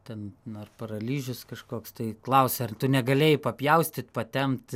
ten nu ar paralyžius kažkoks tai klausia ar tu negalėjai papjaustyt patempt